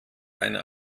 eine